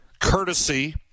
courtesy